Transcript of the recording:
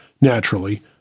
naturally